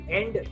end